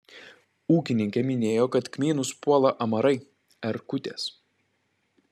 ūkininkė minėjo kad kmynus puola amarai erkutės